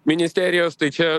ministerijos tai čia